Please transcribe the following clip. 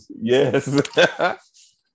Yes